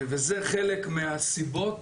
וזה חלק מהסיבות